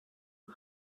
qui